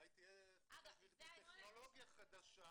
אולי תהיה טכנולוגיה חדשה